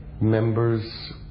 members